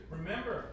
Remember